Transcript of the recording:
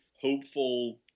hopeful